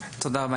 תודה רבה.